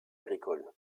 agricole